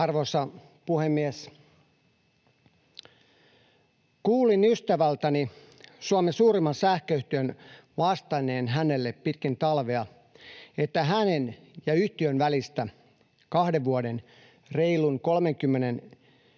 Arvoisa puhemies! Kuulin ystävältäni Suomen suurimman sähköyhtiön vastanneen hänelle pitkin talvea, että hänen ja yhtiön välistä kahden vuoden, reilu 30 senttiä